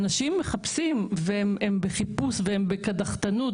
אנשים מחפשים - והם בחיפוש והם בקדחתנות,